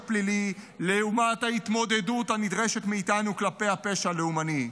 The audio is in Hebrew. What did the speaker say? פלילי לעומת ההתמודדות הנדרשת מאיתנו כלפי הפשע הלאומני.